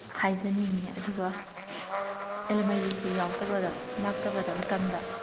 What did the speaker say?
ꯍꯥꯏꯖꯅꯤꯡꯉꯤ ꯑꯗꯨꯒ ꯑꯩꯅ ꯃꯩꯁꯤ ꯌꯥꯎꯗꯕꯗ ꯂꯥꯛꯇꯕꯗ ꯃꯇꯝꯗ